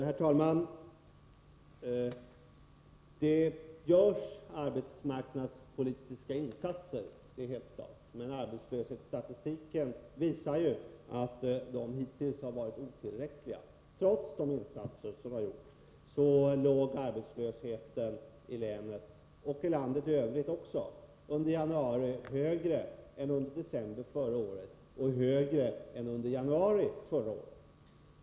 Herr talman! Det görs arbetsmarknadspolitiska insatser — det är helt klart — men arbetslöshetsstatistiken visar att de hittills har varit otillräckliga. Trots de insatser som har gjorts låg arbetslösheten i Stockholms län — och i landet i övrigt också — under januari högre än under december förra året och högre än under januari förra året.